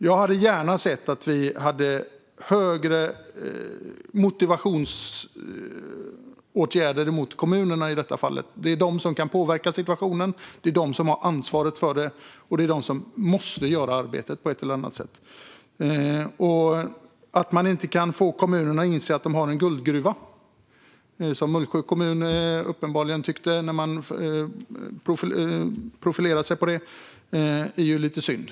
Jag hade gärna sett att vi hade högre motivationsåtgärder mot kommunerna i detta fall. Det är de som kan påverka situationen, det är de som har ansvaret och det är de som måste göra arbetet på ett eller annat sätt. Att man inte kan få kommunerna att inse att de har en guldgruva, som Mullsjö kommun uppenbarligen tyckte när de profilerade sig, är lite synd.